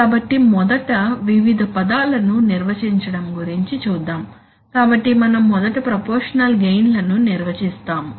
కాబట్టి మొదట వివిధ పదాలను నిర్వచించడం గురించి చూద్దాం కాబట్టి మనం మొదట ప్రపోర్షషనల్ గెయిన్ లను నిర్వచిస్తాము